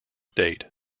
date